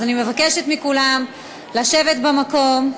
אז אני מבקשת מכולם לשבת במקום.